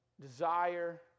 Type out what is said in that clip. desire